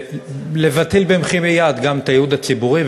וגם לבטל במחי-יד את הייעוד הציבורי,